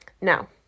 Now